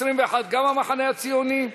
21 גם המחנה הציוני,